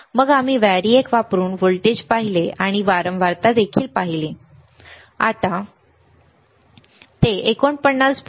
मग आम्ही व्हेरिएक वापरून व्होल्टेज पाहिले आणि आम्ही वारंवारता देखील पाहिली आम्ही वारंवारता पाहिली